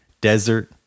desert